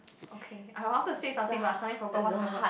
okay I want to say something but sorry forgot what's the word